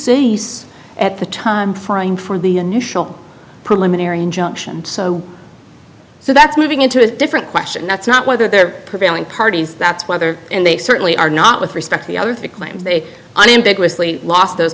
right at the time frame for the initial preliminary injunction so so that's moving into a different question that's not whether they're prevailing parties that's weather and they certainly are not with respect to the other three claims they and ambiguously lost those